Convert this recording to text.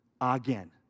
again